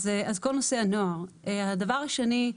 כל הדבר השני,